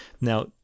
Now